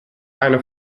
eine